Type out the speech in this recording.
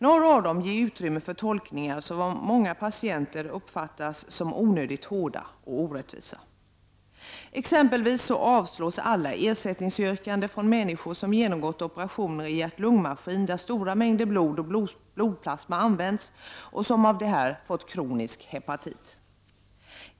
Några av dem ger utrymme för tolkningar som av många patienter uppfattas som onödigt hårda och orättvisa. Exempelvis avslås alla ersättningsyrkanden från människor som genomgått operationer i hjärt-lungmaskin, där stora mängder blod och blodplasma används och då patienten av det fått kronisk hepatit.